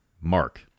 Mark